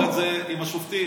סגר את זה עם השופטים.